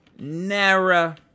Nara